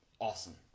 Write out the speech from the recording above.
Awesome